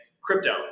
Crypto